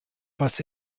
was